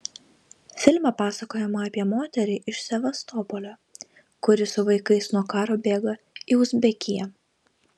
filme pasakojama apie moterį iš sevastopolio kuri su vaikais nuo karo bėga į uzbekiją